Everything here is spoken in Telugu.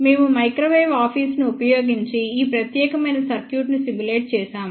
మేము మైక్రోవేవ్ ఆఫీసును ఉపయోగించి ఈ ప్రత్యేకమైన సర్క్యూట్ను సిములేట్ చేసాము